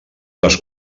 les